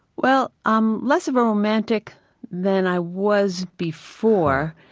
well i'm less of a romantic than i was before.